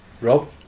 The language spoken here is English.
Rob